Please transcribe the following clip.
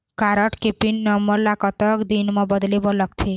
Card के pin number ला कतक दिन म बदले बर लगथे?